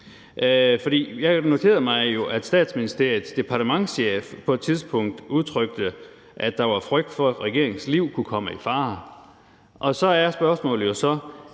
Jeg noterede mig, at Statsministeriets departementschef på et tidspunkt udtrykte, at der var frygt for, at regeringens liv kunne komme i fare, og så er spørgsmålet jo: